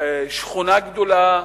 שכונה גדולה,